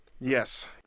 Yes